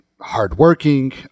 hardworking